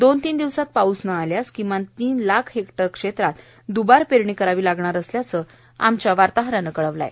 दोन तीन दिवसांत पाऊस न आल्यास किमान तीन लाख हेक्टरमध्ये दुबार पेरणी करावी लागणार असल्याचं आमच्या वार्ताहरानं कळवलं आहे